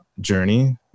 journey